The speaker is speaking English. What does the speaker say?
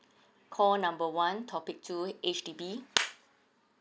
call number one topic two H_D_B